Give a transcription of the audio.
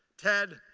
ted,